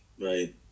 Right